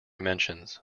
mentions